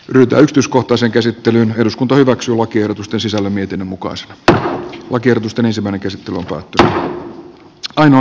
rutaystyskohtaiseen käsittelyyn eduskunta hyväksyy lakiehdotusten sisällön mietinnön mukaan nyt päätetään lakiehdotusten sisällöstä